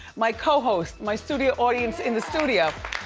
my cohosts, my studio audience in the studio,